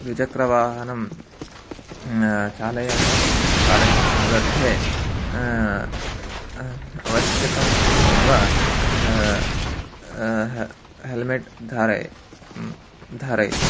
द्विचक्रवाहनं चालयन् स चालयन् सन्दर्भे अवश्यम् एव हेल्मेट् धारयेत् धारयेत्